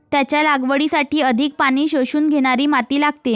त्याच्या लागवडीसाठी अधिक पाणी शोषून घेणारी माती लागते